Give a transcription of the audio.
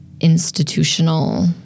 institutional